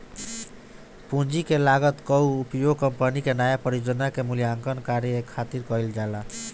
पूंजी के लागत कअ उपयोग कंपनी के नया परियोजना के मूल्यांकन करे खातिर कईल जाला